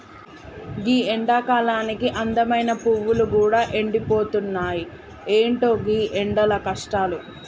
గీ ఎండకాలానికి అందమైన పువ్వులు గూడా ఎండిపోతున్నాయి, ఎంటో గీ ఎండల కష్టాలు